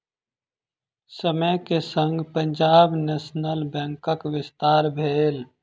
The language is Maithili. समय के संग पंजाब नेशनल बैंकक विस्तार भेल